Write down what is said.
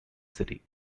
city